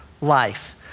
life